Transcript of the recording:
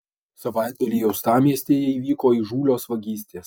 savaitgalį uostamiestyje įvyko įžūlios vagystės